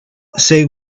say